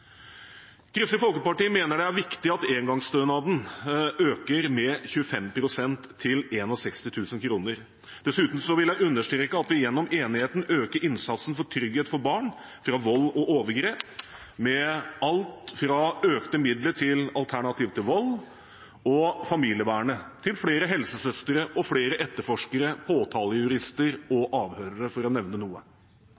Kristelig Folkeparti mener det er viktig at engangsstønaden øker med 25 pst. til 61 000 kr. Dessuten vil jeg understreke at vi gjennom enigheten øker innsatsen for trygghet for barn fra vold og overgrep, med alt fra økte midler til Alternativ til Vold og familievernet, til flere helsesøstre og flere etterforskere, påtalejurister og